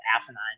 asinine